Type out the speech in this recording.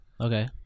Okay